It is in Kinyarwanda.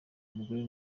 umugore